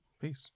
Peace